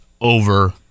over